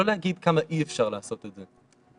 לא להגיד כמה אי אפשר לעשות את זה.